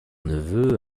neveu